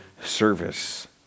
service